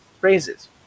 phrases